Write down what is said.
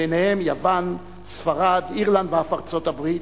ביניהן יוון, ספרד, אירלנד ואף ארצות-הברית,